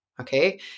okay